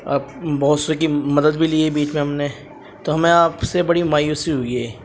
بہت سے کی مدد بھی لی ہے بیچ میں ہم نے تو ہمیں آپ سے بڑی مایوسی ہوئی ہے